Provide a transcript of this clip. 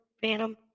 phantom